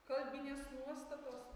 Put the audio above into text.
kalbinės nuostatos